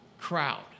crowd